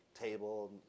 table